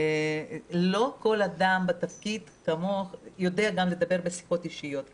לא כל אדם בתפקיד כמוך יודע גם לדבר בשיחות אישיות ככה.